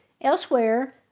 Elsewhere